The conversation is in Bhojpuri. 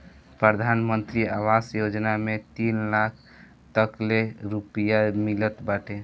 प्रधानमंत्री आवास योजना में तीन लाख तकले रुपिया मिलत बाटे